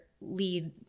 lead